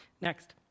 Next